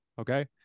okay